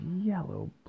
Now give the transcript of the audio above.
yellow